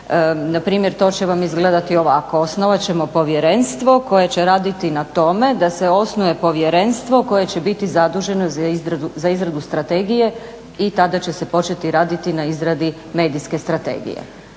npr. to će vam izgledati ovako. Osnovati ćemo povjerenstvo koje će raditi na tome da se osnuje povjerenstvo koje će biti zaduženo za izradu strategije i tada će se početi raditi na izradi medijske strategije.